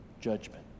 judgment